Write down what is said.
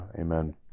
amen